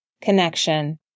connection